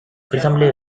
presumably